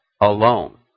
alone